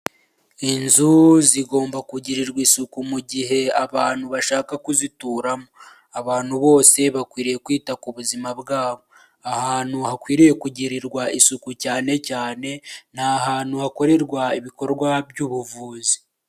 inzu zigomba kugirirwa isuku mu gihe abantu bashaka kuzituramo, abantu bose bakwiriye kwita ku buzima bwabo ahantu hakwiriye kugirirwa isuku cyane cyane ni ahantu hakorerwa ibikorwa by'ubuvuzi.